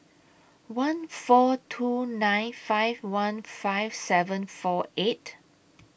one four two nine five one five seven four eight